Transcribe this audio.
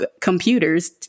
computers